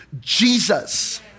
Jesus